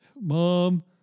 Mom